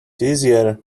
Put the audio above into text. easier